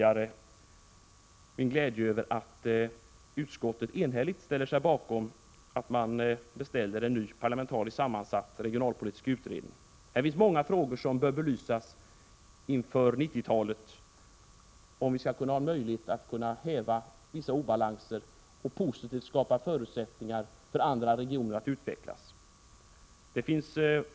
1986/87:128 enhälligt ställer sig bakom förslaget att beställa en ny parlamentariskt 21 maj 1987 sammansatt regionalpolitisk utredning. Det finns många frågor som bör belysas inför 1990-talet, om vi skall ha en möjlighet att häva vissa obalanser och skapa förutsättningar för andra regioner att utvecklas.